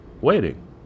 waiting